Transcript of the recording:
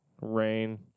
rain